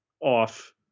off